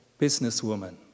businesswoman